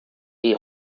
est